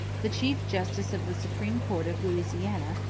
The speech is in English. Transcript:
the chief justice of the supreme court of louisiana,